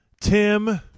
Tim